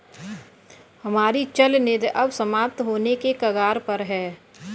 हमारी चल निधि अब समाप्त होने के कगार पर है